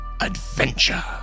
adventure